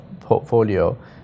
portfolio